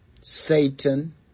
Satan